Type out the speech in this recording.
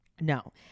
No